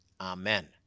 Amen